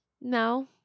No